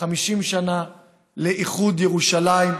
50 שנה לאיחוד ירושלים,